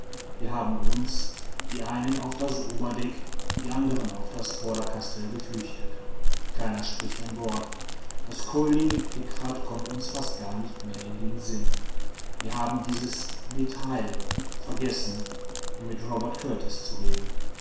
wir haben uns die einen auf das oberdeck die anderen auf das vorderkastell geflüchtet keiner spricht ein wort das colli mit pikrat kommt uns fast gar nicht mehr in den sinn wir haben dieses detail vergessen um mit robert kurtis zu reden